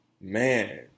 man